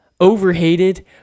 overhated